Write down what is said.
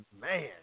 Man